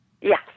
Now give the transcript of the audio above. Yes